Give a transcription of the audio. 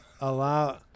allow